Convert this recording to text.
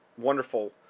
wonderful